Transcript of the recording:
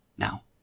Now